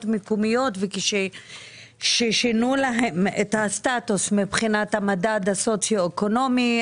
מקומיות ששינו להם את הסטטוס מבחינת המדד הסוציואקונומי.